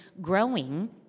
growing